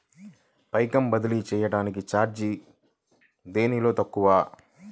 పైకం బదిలీ చెయ్యటానికి చార్జీ దేనిలో తక్కువ?